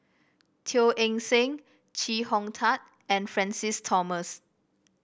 Teo Eng Seng Chee Hong Tat and Francis Thomas